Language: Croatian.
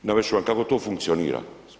Navesti ću vam kako to funkcionira.